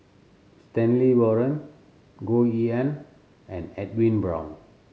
Stanley Warren Goh Yihan and Edwin Brown